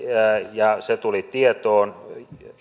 ja se tuli tietoon